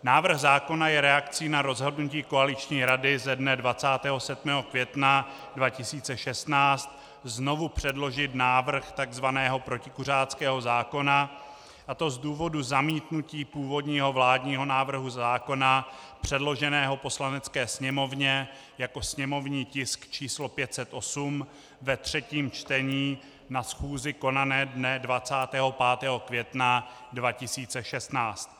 Návrh zákona je reakcí na rozhodnutí koaliční rady ze dne 27. května 2016 znovu předložit návrh takzvaného protikuřáckého zákona, a to z důvodu zamítnutí původního vládního návrhu zákona, předloženého Poslanecké sněmovně jako sněmovní tisk č. 508, ve třetím čtení na schůzi konané dne 25. května 2016.